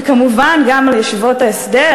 וכמובן גם על ישיבות ההסדר,